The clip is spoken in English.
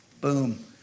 boom